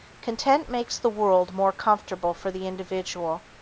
content makes the world more comfortable for the individual,